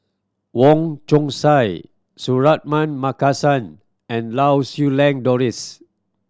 Wong Chong Sai Suratman Markasan and Lau Siew Lang Doris